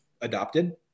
adopted